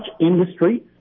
industry